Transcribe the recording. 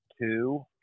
two